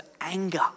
anger